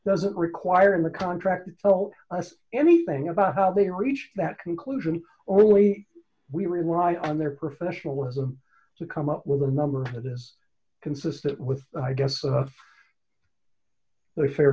doesn't require in the contract tell us anything about how they reached that conclusion only we rely on their professionalism to come up with a number of this consistent with i guess their fair